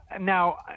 Now